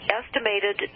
estimated